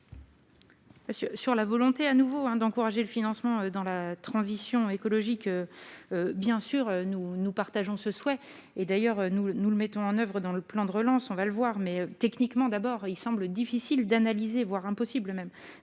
sur la volonté à nouveau un d'encourager le financement dans la transition écologique bien sûr nous nous partageons ce souhait et d'ailleurs nous nous le mettons en oeuvre dans le plan de relance, on va le voir, mais techniquement d'abord, il semble difficile d'analyser, voire impossible même